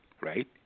right